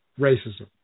racism